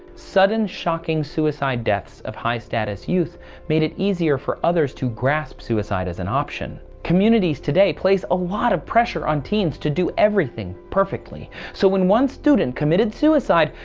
sudden, shocking suicide deaths of high status youth made it easier for others to grasp suicide as an option. communities today place a lot of pressure on teens to do everything perfectly. so when one student committed suicide,